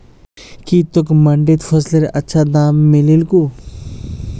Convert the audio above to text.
की तोक मंडीत फसलेर अच्छा दाम मिलील कु